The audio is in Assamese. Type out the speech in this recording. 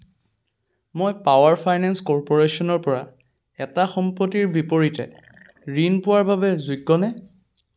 মই পাৱাৰ ফাইনেন্স কৰ্প'ৰেশ্যনৰ পৰা এটা সম্পত্তিৰ বিপৰীতে ঋণ পোৱাৰ বাবে যোগ্যনে